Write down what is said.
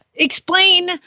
Explain